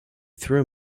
threw